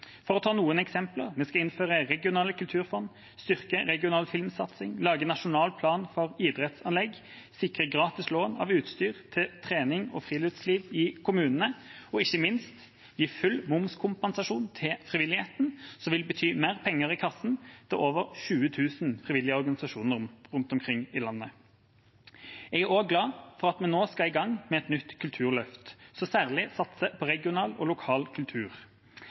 For å ta noen eksempler: Vi skal innføre regionale kulturfond, styrke regional filmsatsing, lage en nasjonal plan for idrettsanlegg, sikre gratis lån av utstyr til trening og friluftsliv i kommunene og ikke minst gi full momskompensasjon til frivilligheten, som vil bety mer penger i kassa til over 20 000 frivillige organisasjoner rundt omkring i landet. Jeg er også glad for at vi nå skal i gang med et nytt kulturløft, som særlig satser på regional og lokal kultur.